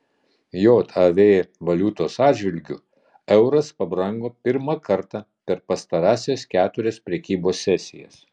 jav valiutos atžvilgiu euras pabrango pirmą kartą per pastarąsias keturias prekybos sesijas